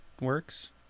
works